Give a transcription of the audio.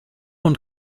und